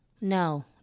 No